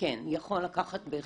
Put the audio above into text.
כן, יכול לקחת בהחלט שמונה חודשים.